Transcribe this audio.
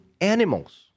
animals